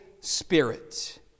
Spirit